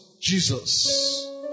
Jesus